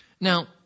Now